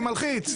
זה מלחיץ.